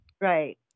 Right